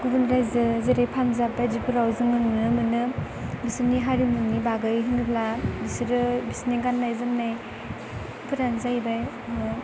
गुबुन रायजो जेरै पान्जाब बायदिफोराव जोङो नुनो मोनो बिसोरनि हारिमुनि बागै होनोब्ला बिसोरो बिसोरनि गाननाय जोमनायफोरानो जाहैबाय